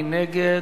מי נגד?